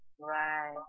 Right